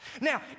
Now